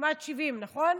כמעט 70, נכון?